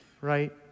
right